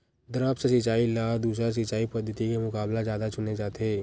द्रप्स सिंचाई ला दूसर सिंचाई पद्धिति के मुकाबला जादा चुने जाथे